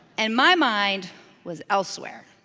and my mind was elsewhere,